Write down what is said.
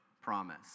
promise